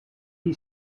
you